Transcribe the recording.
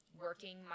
working